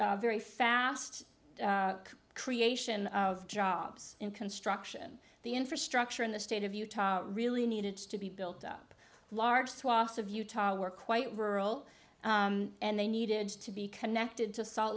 very fast creation of jobs in construction the infrastructure in the state of utah really needed to be built up large swaths of utah were quite rural and they needed to be connected to salt